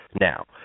Now